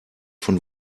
von